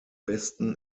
besten